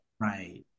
Right